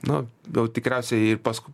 nu gau tikriausiai pask